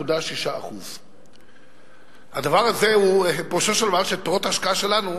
9.6%. פירושו של דבר שאת פירות ההשקעה שלנו